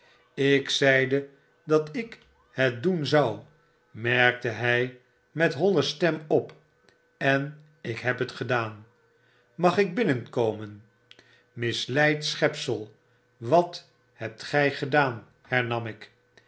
ik zeide dat ik het doen zou merkte hij met holle stem op en ik heb het gedaan mag ik binnenkomen misleid schepsel wat hebt gij gedaan hernam ik